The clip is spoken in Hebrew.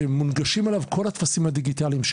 שמונגשים עליו כל הטפסים הדיגיטליים של